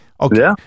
okay